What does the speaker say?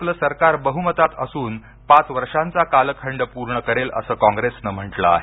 आपलं सरकार बहुमतात असून पाच वर्षांचा कालखंड पूर्ण करेल असं काँग्रेसनं म्हटलं आहे